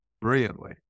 brilliantly